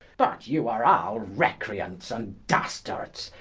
but you are all recreants and dastards,